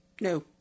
No